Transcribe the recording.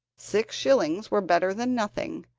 six shillings were better than nothing,